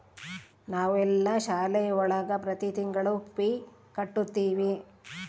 ನಾವೆಲ್ಲ ಶಾಲೆ ಒಳಗ ಪ್ರತಿ ತಿಂಗಳು ಫೀ ಕಟ್ಟುತಿವಿ